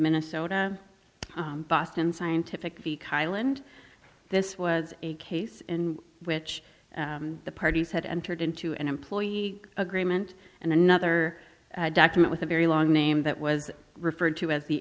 minnesota boston scientific the kyle and this was a case in which the parties had entered into an employee agreement and another document with a very long name that was referred to as the